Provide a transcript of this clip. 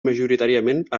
majoritàriament